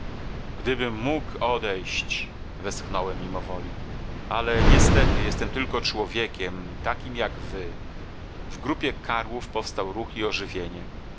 gdybym mógł odejść westchnąłem mimowoli ale niestety jestem tylko człowiekiem takim jak wy w grupie karłów powstał ruch i ożywienie